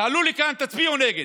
תעלו לכאן, תצביעו נגד.